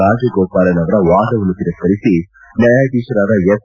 ರಾಜಗೋಪಾಲನ್ ಅವರ ವಾದವನ್ನು ತಿರಸ್ಕರಿಸಿ ನ್ನಾಯಾಧೀಶರಾದ ಎಸ್